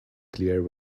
clear